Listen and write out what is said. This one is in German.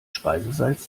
speisesalz